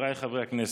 חבריי חברי הכנסת,